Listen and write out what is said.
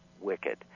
wicked